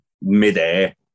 midair